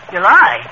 July